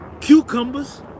cucumbers